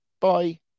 bye